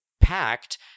packed